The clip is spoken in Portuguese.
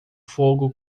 fogo